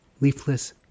leafless